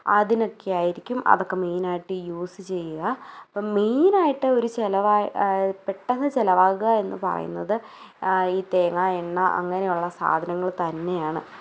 അതിനൊക്കെയായിരിക്കും അതൊക്കെ മെയിനായിട്ട് യൂസ് ചെയ്യുക അപ്പം മെയിനായിട്ട് ഒരു ചിലവായി അയ് പെട്ടെന്നു ചിലവാകുക എന്നു പറയുന്നത് ഈ തേങ്ങാ എണ്ണാ അങ്ങനെയുള്ള സാധനങ്ങൾ തന്നെയാണ്